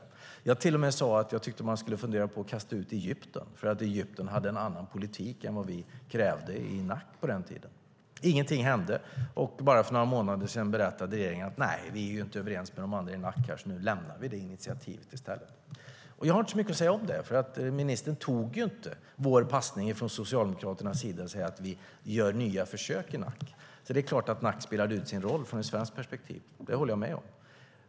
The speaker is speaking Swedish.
Jag sade till och med att jag tyckte man skulle fundera på att kasta ut Egypten, för Egypten hade en annan politik än vad vi krävde i NAC på den tiden. Ingenting hände, och bara för några månader sedan sade regeringen: Nej, vi är inte överens med de andra i NAC, så nu lämnar vi det initiativet i stället. Jag har inte mycket att säga om det. Ministern tog ju inte vår passning från Socialdemokraternas sida, det vill säga att vi skulle gör nya försök i NAC. Det är klart att NAC spelade ut sin roll ur ett svenskt perspektiv. Det håller jag med om.